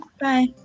Bye